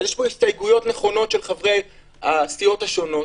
אז יש פה הסתייגויות נכונות של חברי הסיעות השונות.